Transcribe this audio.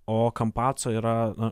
o kampaco yra